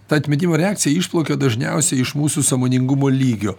ta atmetimo reakcija išplaukia dažniausiai iš mūsų sąmoningumo lygio